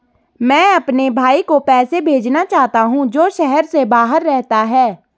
मैं अपने भाई को पैसे भेजना चाहता हूँ जो शहर से बाहर रहता है